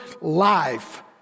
life